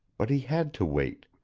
but he had to wait.